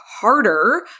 harder